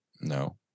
No